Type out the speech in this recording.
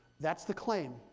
that's the claim,